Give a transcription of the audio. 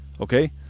okay